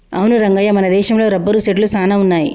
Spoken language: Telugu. అవును రంగయ్య మన దేశంలో రబ్బరు సెట్లు సాన వున్నాయి